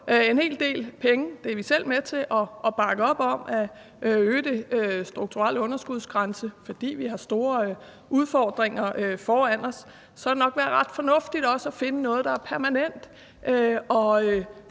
en hel del penge – vi er selv med til at bakke op om at øge den strukturelle underskudsgrænse, fordi vi har store udfordringer foran os – ville det nok være ret fornuftigt også at finde noget, der er permanent